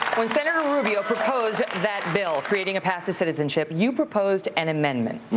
when senator rubio proposed that bill creating a path to citizenship, you proposed an amendment.